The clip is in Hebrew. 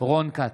רון כץ,